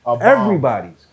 everybody's